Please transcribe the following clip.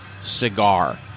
cigar